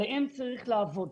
עליהן צריך לעבוד.